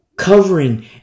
Covering